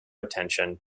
attention